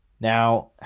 now